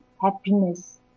happiness